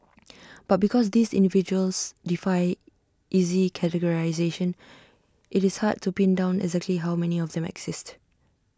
but because these individuals defy easy categorisation IT is hard to pin down exactly how many of them exist